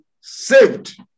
saved